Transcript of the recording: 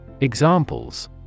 Examples